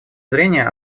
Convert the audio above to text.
зрения